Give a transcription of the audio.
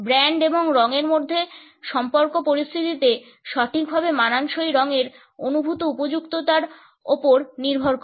brand এবং রঙের মধ্যে সম্পর্ক পরিস্থিতিতে সঠিকভাবে মানানসই রঙের অনুভূত উপযুক্ততার উপর নির্ভর করে